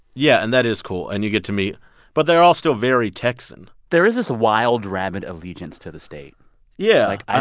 yeah. and that is cool. and you get to meet but they're all still very texan there is this wild, rabid allegiance to the state yeah like,